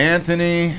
Anthony